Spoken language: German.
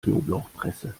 knoblauchpresse